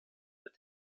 mit